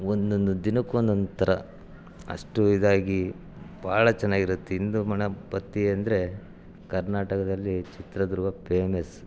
ಒಂದೊಂದು ದಿನಕ್ಕೆ ಒಂದೊಂದು ಥರ ಅಷ್ಟು ಇದಾಗಿ ಭಾಳ ಚೆನ್ನಾಗಿರುತ್ತೆ ಹಿಂದೂ ಗಣಪತಿ ಅಂದರೆ ಕರ್ನಾಟಕದಲ್ಲಿ ಚಿತ್ರದುರ್ಗಕ್ಕೆ ಪೇಮೆಸ್